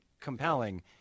compelling